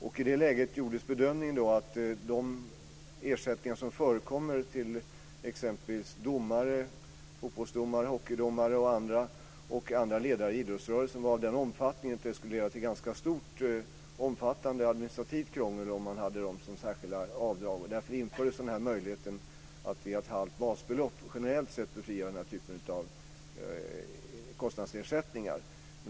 I det läget gjordes bedömningen att de ersättningar som förekommer till exempelvis fotbollsdomare, hockeydomare och ledare i idrottsrörelsen var av den omfattningen att det skulle leda till ganska stort och omfattande administrativt krångel om man hade särskilda avdrag för dessa. Därför infördes denna möjlighet att via ett halvt basbelopp generellt sett befria denna typ av kostnadsersättningar.